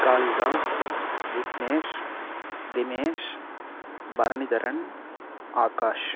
Kalidas Vignesh Dinesh Bharanidharan Akash